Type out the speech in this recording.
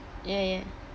ya ya